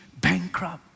bankrupt